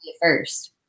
first